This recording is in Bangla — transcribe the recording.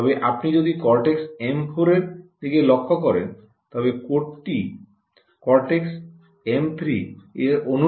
আপনি যদি কর্টেক্স এম 4 এর দিকে লক্ষ্য করেন তাহলে কোডটি কর্টেক্স এম 3 এর অনুরূপ